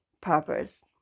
purpose